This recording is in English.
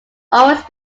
always